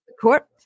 court